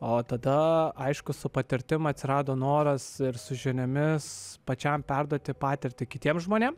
o tada aišku su patirtim atsirado noras ir su žiniomis pačiam perduoti patirtį kitiem žmonėm